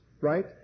right